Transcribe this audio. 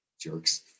Jerks